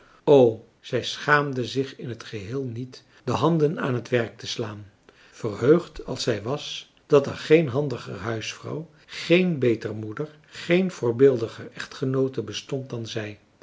zij schaamde zich in het geheel niet de handen aan het werk te slaan verheugd als zij was dat marcellus emants een drietal novellen er geen handiger huisvrouw geen beter moeder geen voorbeeldiger echtgenoote bestond dan zij